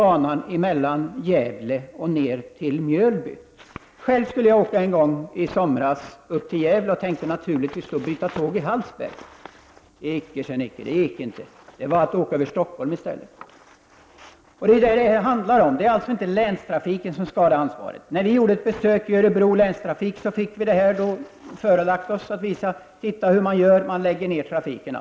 Vi kan ta banan Gävle-Mjölby som exempel. Själv skulle jag en gång i somras åka tåg upp till Gävle, och då tänkte jag naturligtvis byta tåg i Hallsberg. Icke sa Nicke. Det gick inte. Det blev att åka över Stockholm i stället. Det är detta som det här handlar om. Det är inte länstrafiken som skall ha ansvaret. När vi gjorde ett besök hos Örebro länstrafik fick vi oss detta förelagt och man visade hur man gör, man lägger ner trafiken.